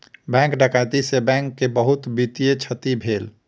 bank डकैती से bank के बहुत वित्तीय क्षति भेल